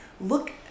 look